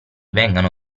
vengano